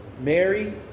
Mary